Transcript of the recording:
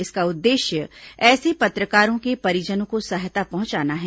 इसका उद्देश्य ऐसे पत्रकारों के परिजनों को सहायता पहुंचाना है